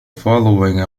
following